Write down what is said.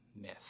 myth